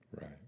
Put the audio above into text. Right